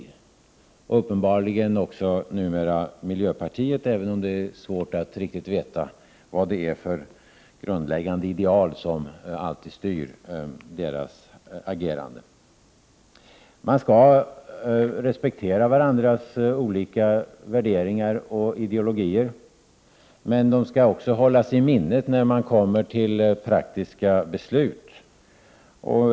Det har uppenbarligen numera också miljöpartiet, även om det är svårt att riktigt veta vad det alltid är för grundläggande ideal som styr dess agerande. Man skall respektera varandras olika värderingar och ideologier, men de skall också hållas i minnet när man kommer till praktiska beslut.